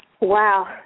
Wow